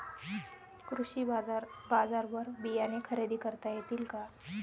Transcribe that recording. कृषी बाजारवर बियाणे खरेदी करता येतील का?